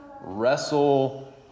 wrestle